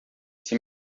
die